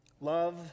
Love